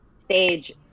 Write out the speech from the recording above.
stage